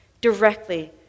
directly